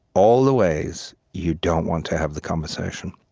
all the ways you don't want to have the conversation,